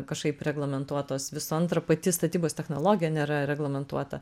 kažkaip reglamentuotos visų antra pati statybos technologija nėra reglamentuota